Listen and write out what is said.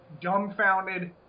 dumbfounded